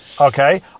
okay